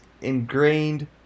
ingrained